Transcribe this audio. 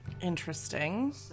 Interesting